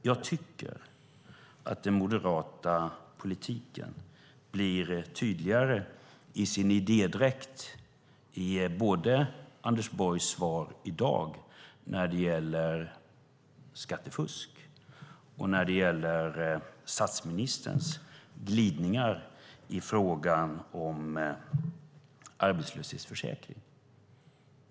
Jag tycker att den moderata politiken blir tydligare i sin idédräkt i Anders Borgs svar i dag, både när det gäller skattefusk och när det gäller statsministerns glidningar i fråga om arbetslöshetsförsäkringen.